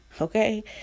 Okay